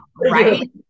right